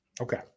Okay